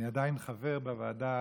אני עדיין חבר בוועדה,